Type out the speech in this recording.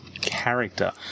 character